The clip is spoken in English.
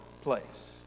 place